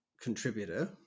contributor